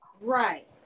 Right